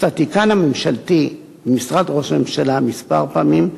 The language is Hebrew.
הסטטיסטיקן הממשלתי במשרד ראש הממשלה, כמה פעמים,